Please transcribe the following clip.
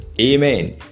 Amen